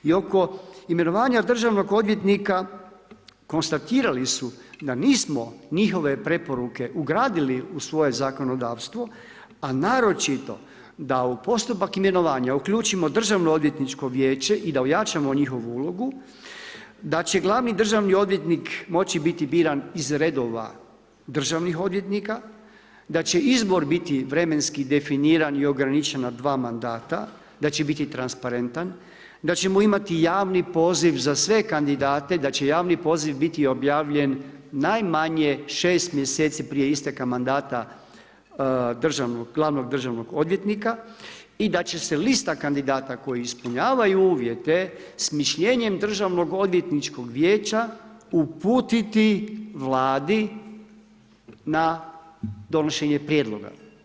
I oko imenovanja državnog odvjetnika konstatirali su da nismo njihove preporuke ugradili u svoje zakonodavstvo, a naročito da u postupak imenovanja uključimo Državnoodvjetničko vijeće i da ojačamo njihovu ulogu, da će glavni državni odvjetnik moći biti biran iz redova državnih odvjetnika, da će izbor biti vremenski definiran i ograničen na dva mandata, da će biti transparentan, da ćemo imati javni poziv za sve kandidate, da će javni poziv biti objavljen najmanje 6 mjeseci prije isteka mandata glavnog državnog odvjetnika i da će se lista kandidata koji ispunjavaju uvjete s mišljenjem Državnoodvjetničkog vijeća uputiti Vladi na donošenje prijedloga.